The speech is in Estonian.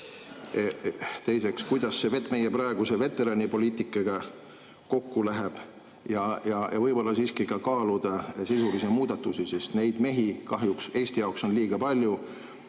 Teiseks, kuidas see meie praeguse veteranipoliitikaga kokku läheb? Võib-olla võiks kaaluda sisulisi muudatusi, sest neid mehi on kahjuks Eesti jaoks liiga palju.